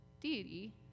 Deity